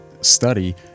study